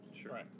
Sure